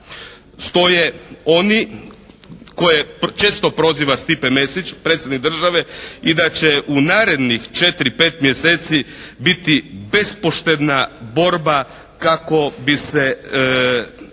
stoje oni koje često proziva Stipe Mesić Predsjednik države i da će u narednih četiri, pet mjeseci biti bespoštedna borba kako bi se